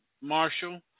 Marshall